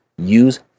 Use